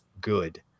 good